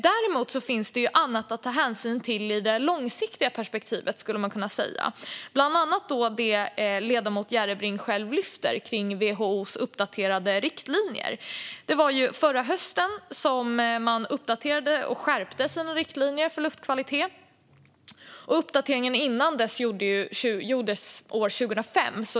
Däremot skulle man kunna säga att det finns annat att ta hänsyn till i det långsiktiga perspektivet, bland annat det som ledamoten Järrebring själv tog upp om WHO:s uppdaterade riktlinjer. Förra hösten uppdaterade och skärpte WHO sina riktlinjer för luftkvalitet. Uppdateringen innan dess gjordes år 2005.